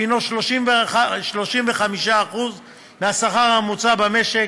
שהנו 35% מהשכר הממוצע במשק,